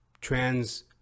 trans